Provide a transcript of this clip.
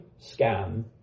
scam